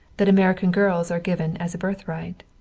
that american girls are given as a birthright.